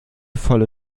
volle